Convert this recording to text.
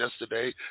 yesterday